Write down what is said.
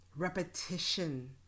Repetition